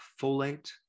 folate